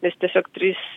nes tiesiog tris